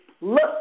look